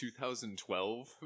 2012